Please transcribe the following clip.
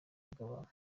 bw’abantu